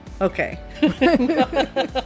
okay